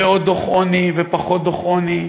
ועוד דוח עוני ופחות דוח עוני,